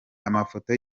amafoto